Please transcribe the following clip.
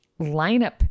lineup